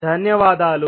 ధన్యవాదాలు